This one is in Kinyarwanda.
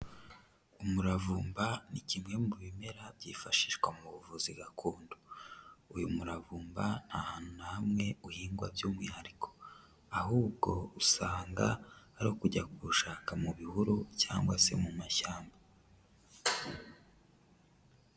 Umuravumba ni kimwe mu bimera byifashishwa mu buvuzi gakondo, uyu muravumba nta hantu na hamwe uhingwa by'umwihariko, ahubwo usanga ari ukujya kuwushaka mu bihuru cyangwa se mu mashyamba.